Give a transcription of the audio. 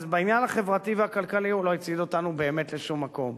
אז בעניין החברתי והכלכלי הוא לא הביא אותנו באמת לשום מקום,